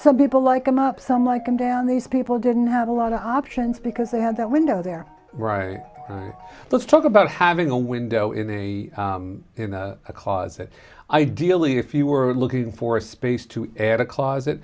some people like i'm up some like i'm down these people didn't have a lot of options because they had that window there let's talk about having a window in the closet ideally if you were looking for a space to add a closet